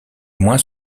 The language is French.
moins